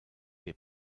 les